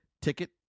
ticket